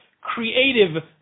creative